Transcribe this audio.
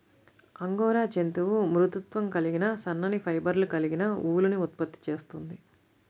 angora జంతువు మృదుత్వం కలిగిన సన్నని ఫైబర్లు కలిగిన ఊలుని ఉత్పత్తి చేస్తుంది